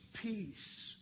peace